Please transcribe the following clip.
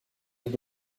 dans